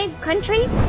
country